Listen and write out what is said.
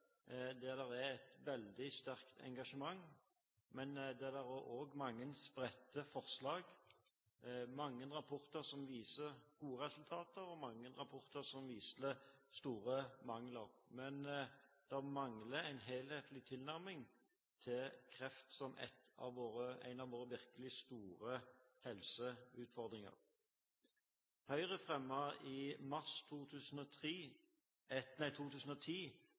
der det er et veldig sterkt engasjement, men der det også er mange spredte forslag – mange rapporter som viser gode resultater, og mange rapporter som viser store mangler. Det mangler en helhetlig tilnærming til kreft, som er en av våre virkelig store helseutfordringer. Høyre fremmet i mars 2010 et